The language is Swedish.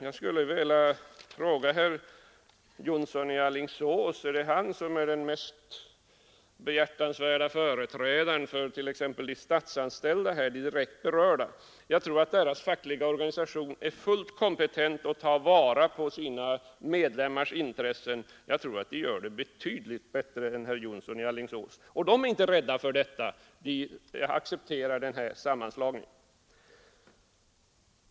Jag skulle vilja säga till herr Jonsson i Alingsås — det är han som är den mest behjärtade företrädaren för t.ex. de statsanställda, de direkt berörda — att jag tror att deras fackliga organisation är fullt kompetent att ta vara på sina medlemmars intressen. Jag tror att de gör det betydligt bättre än herr Jonsson i Alingsås, och de är inte rädda för den här sammanslagningen, de accepterar den.